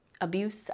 abuse